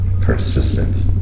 persistent